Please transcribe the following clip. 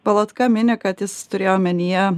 valotka mini kad jis turėjo omenyje